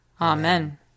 Amen